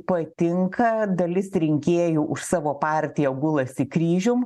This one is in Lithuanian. patinka dalis rinkėjų už savo partiją gulasi kryžium